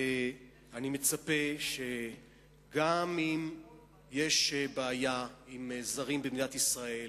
ואני מצפה שגם אם יש בעיה עם זרים במדינת ישראל,